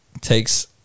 takes